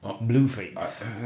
Blueface